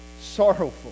sorrowful